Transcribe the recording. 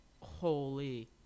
holy